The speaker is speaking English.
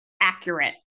accurate